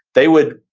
they would,